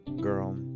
girl